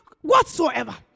whatsoever